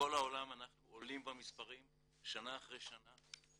בכל העולם אנחנו עולים במספרים שנה אחרי שנה,